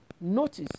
Notice